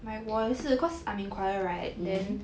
my 我也是 cause I'm in choir right then